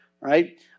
right